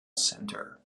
centre